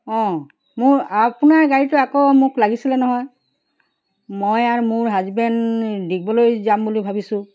অঁ মোৰ আপোনাৰ গাড়ীটো আকৌ মোক লাগিছিলে নহয় মই আৰু মোৰ হাজবেণ্ড ডিগবলৈ যাম বুলি ভাবিছোঁ